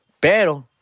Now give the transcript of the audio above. Pero